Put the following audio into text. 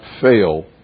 fail